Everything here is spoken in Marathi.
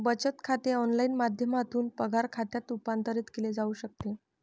बचत खाते ऑनलाइन माध्यमातून पगार खात्यात रूपांतरित केले जाऊ शकते